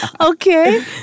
okay